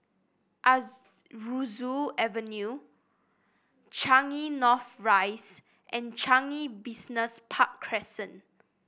Aroozoo Avenue Changi North Rise and Changi Business Park Crescent